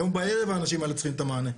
היום בערב האנשים האלה צריכים את המענה,